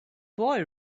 boy